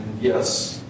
yes